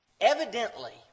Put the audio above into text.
Evidently